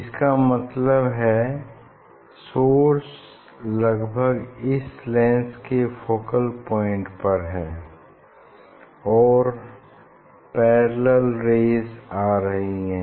इसका मतलब है सोर्स लगभग इस लेंस के फोकल पॉइंट पर है और पैरेलल रेज़ आ रही हैं